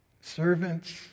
servants